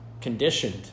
conditioned